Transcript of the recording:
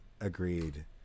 Agreed